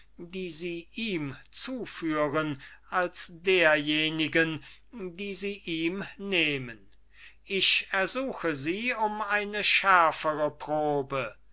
die sie ihm zuführen als derjenigen die sie ihm nehmen ich ersuche sie um eine schärfere probe